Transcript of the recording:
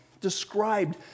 described